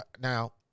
now